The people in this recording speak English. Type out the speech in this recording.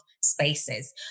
spaces